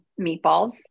meatballs